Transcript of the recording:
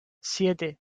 siete